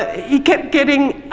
ah he kept getting